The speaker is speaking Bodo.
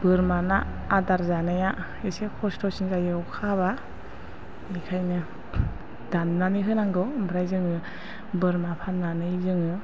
बोरमाना आदार जानाया एसे खस्थ'सिन जायो अखा हाब्ला बेखायनो दाननानै होनांगौ ओमफ्राय जोङो बोरमा फाननानै जोङो